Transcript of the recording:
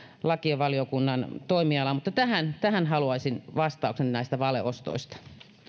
lakivaliokunnan toimialaa mutta tähän tähän haluaisin vastauksen näistä valeostoista